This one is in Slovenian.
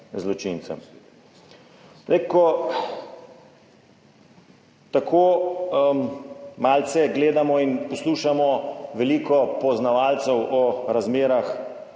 zločincem? Zdaj, ko tako malce gledamo in poslušamo, veliko poznavalcev o razmerah